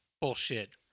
bullshit